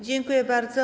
Dziękuję bardzo.